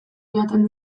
joaten